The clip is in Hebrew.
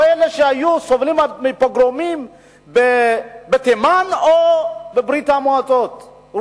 או לאלו שסובלים מפוגרומים בתימן או בברית-המועצות לשעבר,